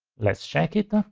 let's check it. ah